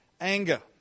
anger